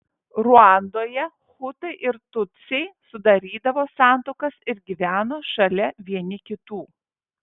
ruandoje hutai ir tutsiai sudarydavo santuokas ir gyveno šalia vieni kitų